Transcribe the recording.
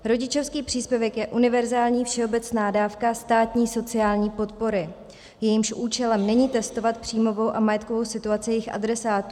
Rodičovský příspěvek je univerzální všeobecná dávka státní sociální podpory, jejímž účelem není testovat příjmovou a majetkovou situaci jejich adresátů.